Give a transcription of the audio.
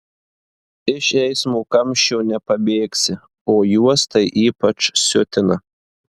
iš eismo kamščio nepabėgsi o juos tai ypač siutina